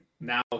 now